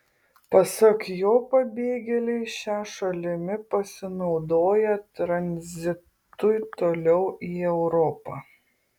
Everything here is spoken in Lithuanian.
pasak jo pabėgėliai šia šalimi pasinaudoja tranzitui toliau į europą